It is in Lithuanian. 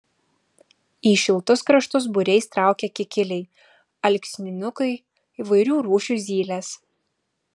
į šiltus kraštus būriais traukia kikiliai alksninukai įvairių rūšių zylės